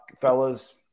fellas